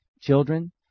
Children